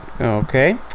Okay